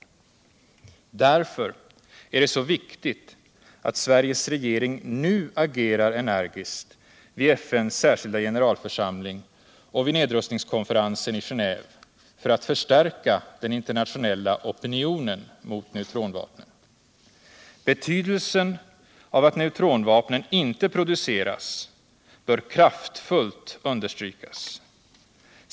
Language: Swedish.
Därför är det så viktigt att Sveriges regering nu agerar energiskt vid FN:s särskilda generalförsamling och nedrustningskonferensen i Geneve för att förstärka den internationella opinionen mot neutronvapnen. Betvdelsen av att neutronvapen inte produceras bör kraftfullt understrykas.